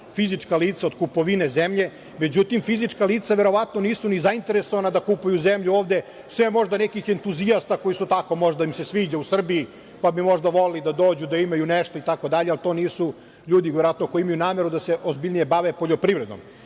fizička lica od kupovine zemlje. Međutim, fizička lica nisi ni zainteresovana da kupuju zemlju ovde, osim nekih možda entuzijasta kojima se možda sviđa u Srbiji, pa bi možda voleli da dođu, da imaju nešto, itd, ali to nisu ljudi verovatno koji imaju nameru da se ozbiljnije bave poljoprivredom.